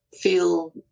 feel